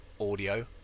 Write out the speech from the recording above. audio